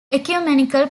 ecumenical